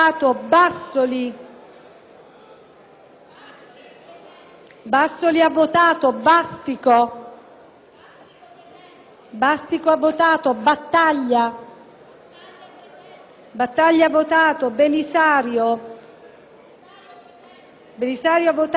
Barelli, Bassoli, Bastico, Battaglia, Belisario, Benedetti Valentini,